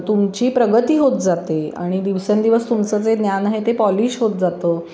तुमची प्रगती होत जाते आणि दिवसेंदिवस तुमचं जे ज्ञान आहे ते पॉलिश होत जातं